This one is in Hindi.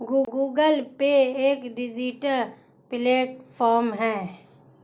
गूगल पे एक डिजिटल वॉलेट प्लेटफॉर्म है